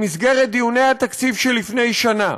במסגרת דיוני התקציב של לפני שנה,